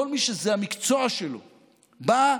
כל מי שזה המקצוע שלו בא,